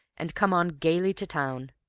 and come on gayly to town.